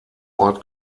ort